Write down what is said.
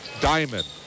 Diamond